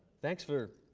thanks for